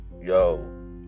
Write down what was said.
yo